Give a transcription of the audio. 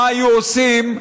מה היו עושים?